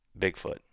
Bigfoot